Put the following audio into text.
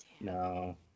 no